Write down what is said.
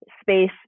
space